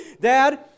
Dad